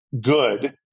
good